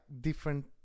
different